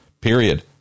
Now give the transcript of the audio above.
period